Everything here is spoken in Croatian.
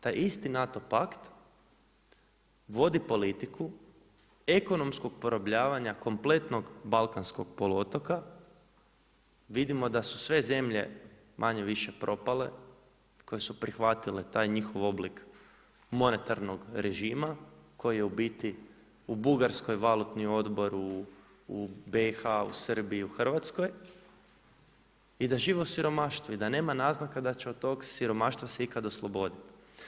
Taj isti NATO pakt, vodi politiku ekonomskog porobljavanja kompletnog Balkanskog poluotoka, vidimo da su sve zemlje manje-više propale, koje su prihvatile taj njihov oblik monetarnog režima, koji je u biti u Bugarskoj valutni odbor, u BIH, u Srbiji, u Hrvatskoj i da živi siromaštvo i da nema naznaka da će od tog siromaštva se ikada osloboditi.